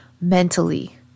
mentally